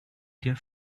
dear